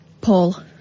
Paul